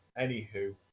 Anywho